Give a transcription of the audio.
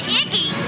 icky